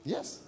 Yes